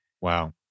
wow